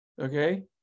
okay